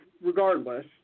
regardless